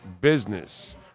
business